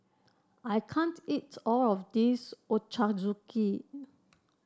I can't eat all of this Ochazuke